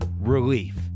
relief